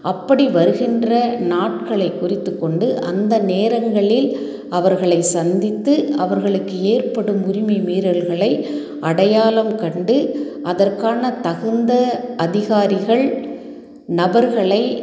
அப்படி வருகின்ற நாட்களைக் குறித்துக்கொண்டு அந்த நேரங்களில் அவர்களைச் சந்தித்து அவர்களுக்கு ஏற்படும் உரிமைமீறல்களை அடையாளம் கண்டு அதற்கான தகுந்த அதிகாரிகள் நபர்களை